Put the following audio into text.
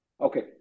Okay